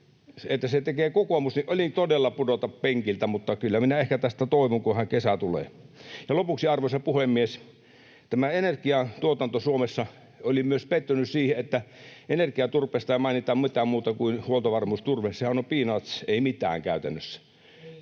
sen teki kokoomus, niin olin todella pudota penkiltä. Mutta kyllä minä ehkä tästä toivun, kunhan kesä tulee. Lopuksi, arvoisa puhemies, tämä energiatuotanto Suomessa: Olin myös pettynyt siihen, että energiaturpeesta ei mainita mitään muuta kuin huoltovarmuusturve. Sehän on peanuts, ei mitään käytännössä.